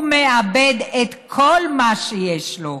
הוא מאבד את כל מה שיש לו,